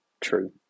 true